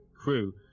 crew